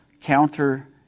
counter